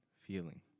feeling